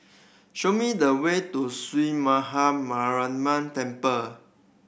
show me the way to Sree Maha Mariamman Temple